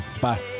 Bye